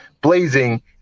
blazing